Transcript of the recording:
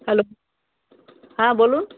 hello হ্যাঁ বলুন